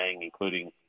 including